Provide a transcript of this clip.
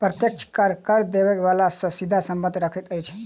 प्रत्यक्ष कर, कर देबय बला सॅ सीधा संबंध रखैत अछि